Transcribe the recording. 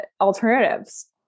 alternatives